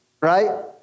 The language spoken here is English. right